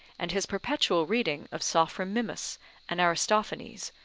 and his perpetual reading of sophron mimus and aristophanes,